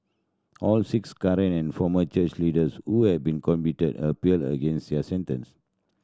all six current and former church leaders who have been convicted appealed against their sentence